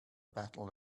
battle